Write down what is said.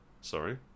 Sorry